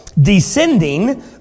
descending